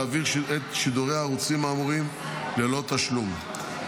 להעביר את שידורי הערוצים האמורים ללא תשלום,